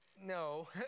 No